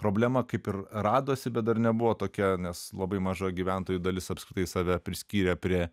problema kaip ir radosi bet dar nebuvo tokia nes labai maža gyventojų dalis apskritai save priskyrė prie